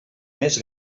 més